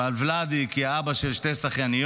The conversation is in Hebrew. ועל ולדי כי הוא אבא של שתי שחייניות,